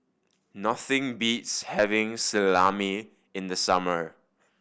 nothing beats having Salami in the summer